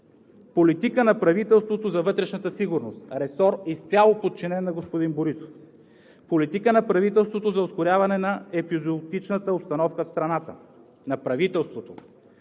политика на правителството за вътрешната сигурност – ресор изцяло подчинен на господин Борисов; политика на правителството в усложняващата се епизоотична обстановка в страната; политика на правителството